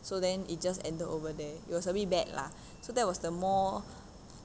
so then it just ended over there it was a bit bad lah so that was the more